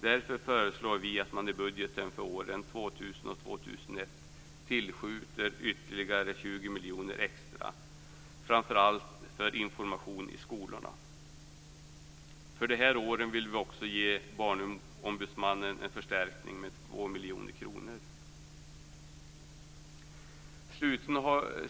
Därför föreslår vi att man i budgeten för åren 2000 och 2001 tillskjuter 20 miljoner kronor extra, framför allt för information i skolorna. För dessa år vill vi också ge Barnombudsmannen en förstärkning med 2 miljoner kronor.